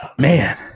man